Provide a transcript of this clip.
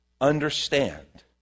understand